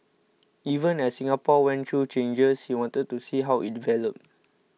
even as Singapore went through changes he wanted to see how it developed